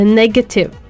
negative